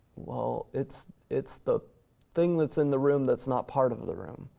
well, it's it's the thing that's in the room that's not part of the room,